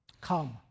Come